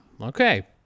Okay